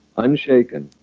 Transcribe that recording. unshaken,